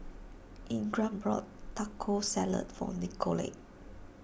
Ingram bought Taco Salad for Nicolette